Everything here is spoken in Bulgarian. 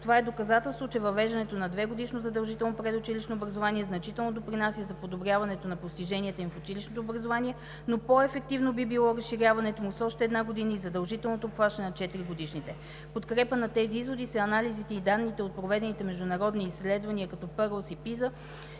Това е доказателство, че въвеждането на 2-годишно задължително предучилищно образование значително допринася за подобряването на постиженията им в училищното образование, но по-ефективно би било разширяването му с още една година и задължителното обхващане на 4-годишните. В подкрепа на тези изводи са анализите и данните от проведените международни изследвания – като PIRLS и PISA,